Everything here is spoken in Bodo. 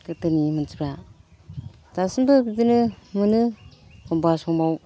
गोदोनि मानसिफ्रा दासिमबो बिदिनो मोनो एखनबा समाव